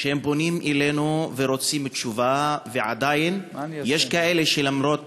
פונים אלינו ורוצים תשובה, ועדיין יש כאלה שלמרות